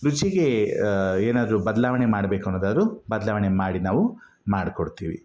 ರುಚಿಗೆ ಏನಾದರೂ ಬದಲಾವಣೆ ಮಾಡಬೇಕು ಅನ್ನೋದಾರೂ ಬದಲಾವಣೆ ಮಾಡಿ ನಾವು ಮಾಡಿಕೊಡ್ತೀವಿ